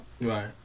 Right